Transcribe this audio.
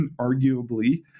arguably